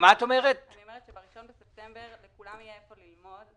ב-1 בספטמבר לכולם יהיה איפה ללמוד.